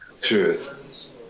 Truth